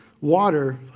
water